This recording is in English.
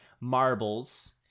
Marbles